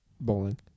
bowling